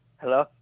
Hello